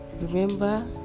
remember